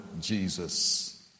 Jesus